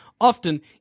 often